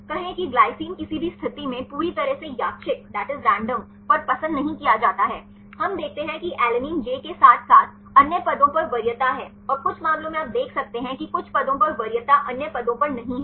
कहें कि ग्लाइसिन किसी भी स्थिति में पूरी तरह से यादृच्छिक पर पसंद नहीं किया जाता है हम देखते हैं कि एलैनिन जे के साथ साथ अन्य पदों पर वरीयता है और कुछ मामलों में आप देख सकते हैं कि कुछ पदों पर वरीयता अन्य पदों पर नहीं है